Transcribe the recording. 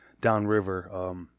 downriver